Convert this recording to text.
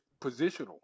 positional